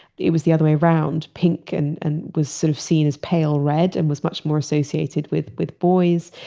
it was the other way round. pink and and was sort of seen as pale red and was much more associated with with boys.